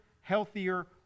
healthier